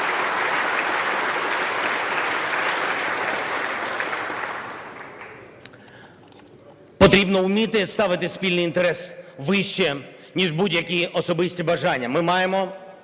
Потрібно уміти ставити спільні інтереси вище, ніж будь-які особисті бажання. Ми маємо